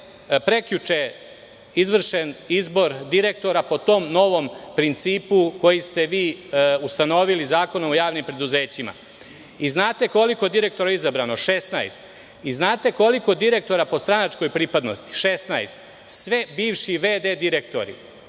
prekjuče izvršen izbor direktora po tom novom principu, koji ste vi ustanovili Zakonom o javnim preduzećima. Znate, koliko je direktora izabrano, 16, i znate koliko direktora po stranačkoj pripadnosti? Sve bivši VD direktori